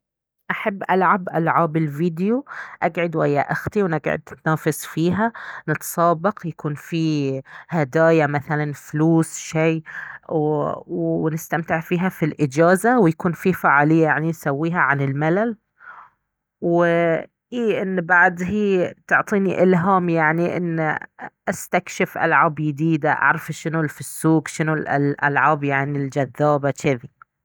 احب العب العاب الفيديو اقعد ويا اختي ونقعد نتنافس فيها نتسابق يكون في هدايا مثلا فلوس شي، ونستمتع فيها في الإجازة ويكون فيه فعالية يعني نسويها عن الملل و اي ان بعد هي تعطيني الهام يعني ان استكشف العاب يديدة، اعرف شنو في السوق شنو الألعاب يعني الجذابة جذي